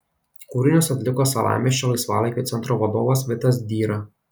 kūrinius atliko salamiesčio laisvalaikio centro vadovas vitas dyra